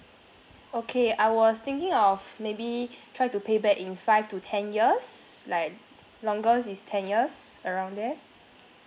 okay I was thinking of maybe try to pay back in five to ten years like longest is ten years around there